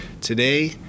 Today